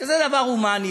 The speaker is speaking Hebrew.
שזה דבר הומני,